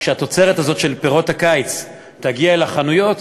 כשהתוצרת הזאת של פירות הקיץ תגיע אל החנויות,